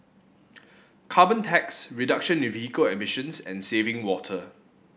carbon tax reduction in vehicle emissions and saving water